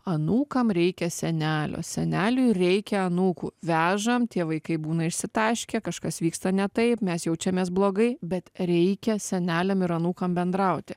anūkam reikia senelio seneliui reikia anūkų vežam tie vaikai būna išsitaškė kažkas vyksta ne taip mes jaučiamės blogai bet reikia seneliam ir anūkam bendrauti